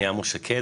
שמי עמוס שקד,